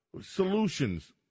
Solutions